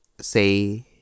say